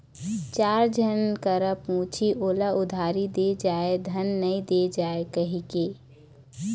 चार झन करा पुछही ओला उधारी दे जाय धन नइ दे जाय कहिके